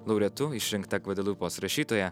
laureatu išrinkta gvadelupos rašytoja